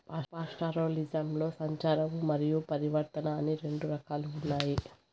పాస్టోరలిజంలో సంచారము మరియు పరివర్తన అని రెండు రకాలు ఉన్నాయి